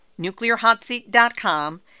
NuclearHotSeat.com